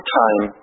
time